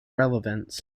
relevance